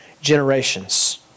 generations